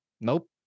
nope